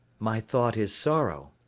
my thought is sorrow.